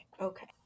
Okay